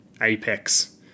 apex